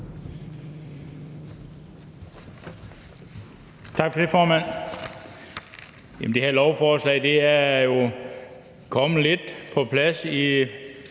Tak for det, formand. Det her lovforslag er jo kommet lidt i lyset